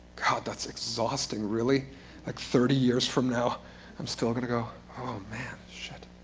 god. that's exhausting. really? like thirty years from now i'm still going to go, oh, man. shit.